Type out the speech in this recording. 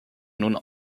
nun